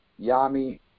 Yami